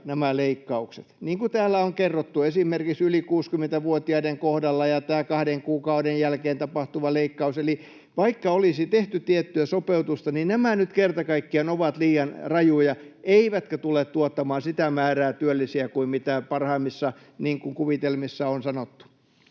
liian rajuja, niin kuin täällä on kerrottu esimerkiksi yli 60-vuotiaiden kohdalla, ja tämä kahden kuukauden jälkeen tapahtuva leikkaus. Eli vaikka olisi tehty tiettyä sopeutusta, niin nämä nyt kerta kaikkiaan ovat liian rajuja eivätkä tule tuottamaan sitä määrää työllisiä kuin mitä parhaimmissa kuvitelmissa on sanottu.